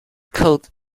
cold